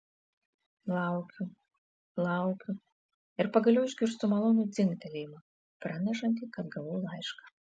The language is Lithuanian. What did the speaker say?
laukiu laukiu ir pagaliau išgirstu malonų dzingtelėjimą pranešantį kad gavau laišką